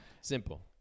Simple